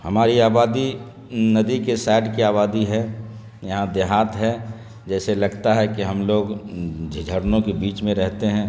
ہماری آبادی ندی کے سائڈ کی آبادی ہے یہاں دیہات ہے جیسے لگتا ہے کہ ہم لوگ جھرنوں کے بیچ میں رہتے ہیں